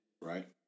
Right